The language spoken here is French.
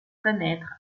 connaître